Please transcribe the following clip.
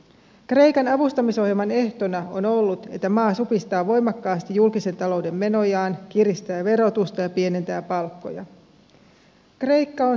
kreikan avustamisohjelman ehtona on ollut että maa supistaa voimakkaasti julkisen talouden menojaan kiristää verotusta ja pienentää palkkoja